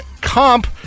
comp